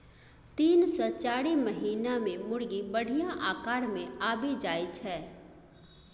तीन सँ चारि महीना मे मुरगी बढ़िया आकार मे आबि जाइ छै